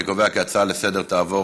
אני קובע כי ההצעה לסדר-היום תעבור